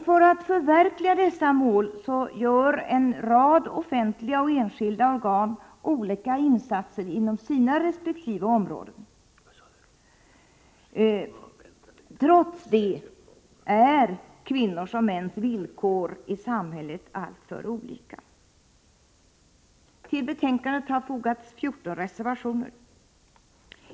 För att förverkliga dessa mål gör en rad offentliga och enskilda organ insatser inom sina resp. områden. Trots detta är kvinnors och mäns villkor i samhället alltför olika. Till betänkandet har det fogats 14 reservationer.